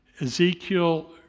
Ezekiel